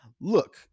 Look